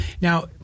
now